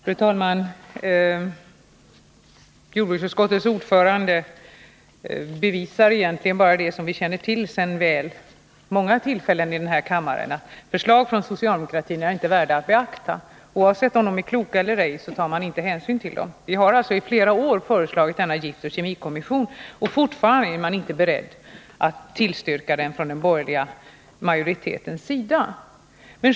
Fru talman! Jordbruksutskottets ordförande bekräftar egentligen bara det som vi så väl känner till från många andra tillfällen i denna kammare: Förslag från socialdemokratin är inte värda att beakta. Oavsett om de är kloka eller ej tar man inte hänsyn till dem. Vi har alltså i flera år föreslagit denna giftoch kemikommission, men fortfarande är den borgerliga majoriteten inte beredd att tillstyrka förslaget.